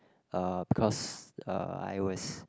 uh because uh I was